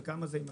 יימשך?